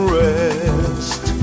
rest